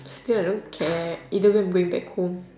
still I don't care either way I'm going back home